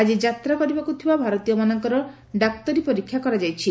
ଆଜି ଯାତ୍ରା କରିବାକୁ ଥିବା ଭାରତୀୟମାନଙ୍କର ସମସ୍ତ ଡାକ୍ତରୀ ପରୀକ୍ଷା କରାଯାଇଛି